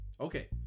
Okay